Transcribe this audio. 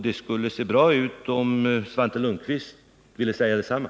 Det skulle se bra ut om Svante Lundkvist ville säga detsamma.